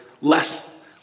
less